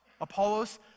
Apollos